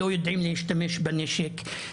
לא יודעים להשתמש בנשק,